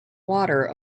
water